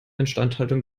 instandhaltung